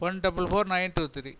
one double four nine two three